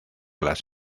las